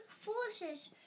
forces